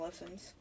lessons